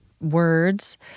words